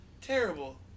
terrible